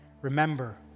Remember